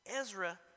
Ezra